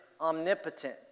omnipotent